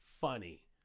funny